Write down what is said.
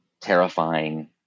terrifying